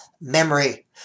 memory